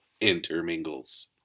intermingles